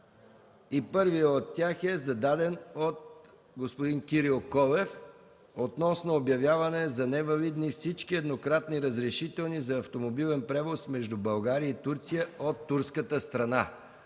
Първият от тях е зададен от господин Кирил Колев относно обявяване за невалидни всички еднократни разрешителни за автомобилен превоз между България и Турция от турската страна.